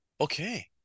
Okay